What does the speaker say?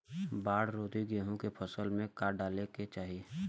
बाढ़ रोधी गेहूँ के फसल में का डाले के चाही?